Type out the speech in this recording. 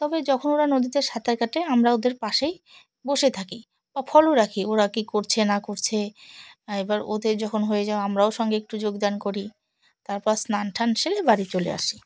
তবে যখন ওরা নদীতে সাঁতার কাটে আমরা ওদের পাশেই বসে থাকি বা ফলো রাখি ওরা কি করছে না করছে এবার ওদের যখন হয়ে যাও আমরাও সঙ্গে একটু যোগদান করি তারপর স্নান টান সেরে বাড়ি চলে আসি